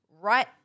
right